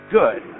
good